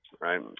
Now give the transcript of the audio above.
right